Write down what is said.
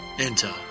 Enter